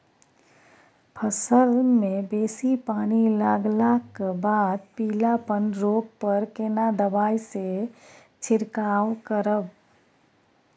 फसल मे बेसी पानी लागलाक बाद पीलापन रोग पर केना दबाई से छिरकाव करब?